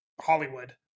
Hollywood